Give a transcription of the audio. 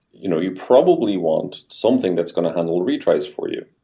you know you probably want something that's going to handle retries for you.